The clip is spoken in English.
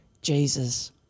Jesus